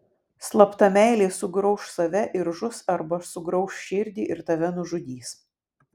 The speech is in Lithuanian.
slapta meilė sugrauš save ir žus arba sugrauš širdį ir tave nužudys